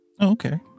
Okay